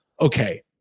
Okay